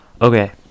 okay